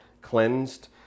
cleansed